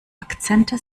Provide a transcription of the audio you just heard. akzente